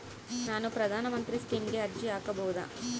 ನಾನು ಪ್ರಧಾನ ಮಂತ್ರಿ ಸ್ಕೇಮಿಗೆ ಅರ್ಜಿ ಹಾಕಬಹುದಾ?